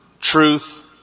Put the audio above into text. truth